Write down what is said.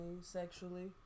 sexually